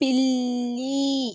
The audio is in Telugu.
పిల్లి